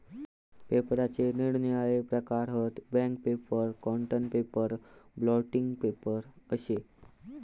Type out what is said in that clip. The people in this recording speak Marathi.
पेपराचे निरनिराळे प्रकार हत, bank paper, cotton paper, blotting paper अशे